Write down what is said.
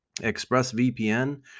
ExpressVPN